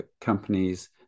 companies